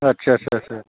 आच्चा आच्चा आच्चा